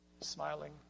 Smiling